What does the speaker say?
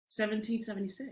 1776